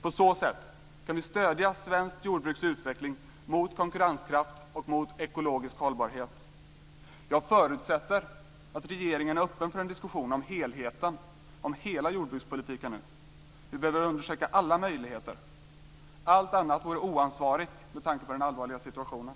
På så sätt kan vi stödja svenskt jordbruks utveckling mot konkurrenskraft och mot ekologisk hållbarhet. Jag förutsätter att regeringen är öppen för en diskussion om helheten, om hela jordbrukspolitiken. Vi behöver undersöka alla möjligheter. Allt annat vore oansvarigt med tanke på den allvarliga situationen.